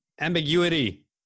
Ambiguity